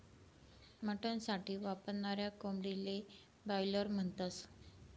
mutton साठी वापरनाऱ्या कोंबडीले बायलर म्हणतस